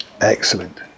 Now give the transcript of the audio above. excellent